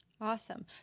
Awesome